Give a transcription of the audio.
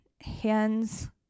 hands